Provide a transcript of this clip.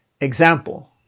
Example